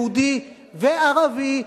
יהודי וערבי,